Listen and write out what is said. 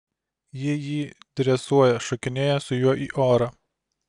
ji jį dresuoja šokinėja su juo į orą